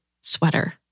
sweater